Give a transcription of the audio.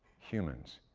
humans.